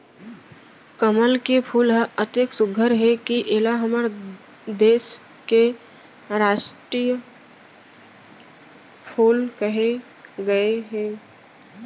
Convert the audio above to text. कमल के फूल ह अतेक सुग्घर हे कि एला हमर देस के रास्टीय फूल कहे गए हे